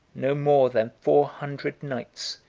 no more than four hundred knights,